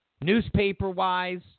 Newspaper-wise